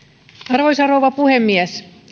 arvoisa rouva puhemies